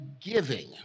giving